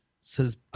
says